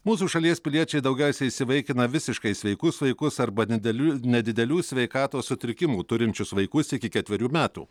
mūsų šalies piliečiai daugiausiai įsivaikina visiškai sveikus vaikus arba didelių ir nedidelių sveikatos sutrikimų turinčius vaikus iki ketverių metų